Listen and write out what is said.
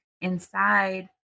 inside